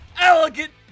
elegant